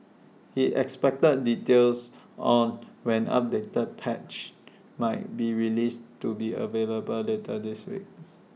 he expected details on when updated patches might be released to be available later this week